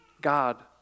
God